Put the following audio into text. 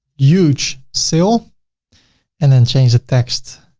huge sale and then change the text.